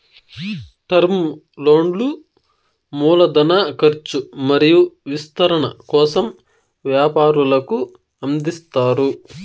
term లోన్లు మూల ధన కర్చు మరియు విస్తరణ కోసం వ్యాపారులకు అందిస్తారు